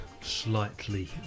slightly